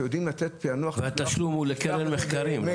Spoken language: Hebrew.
שיודעים לתת פענוח --- והתשלום הוא לקרן מחקרים,